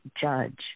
judge